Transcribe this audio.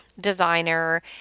designer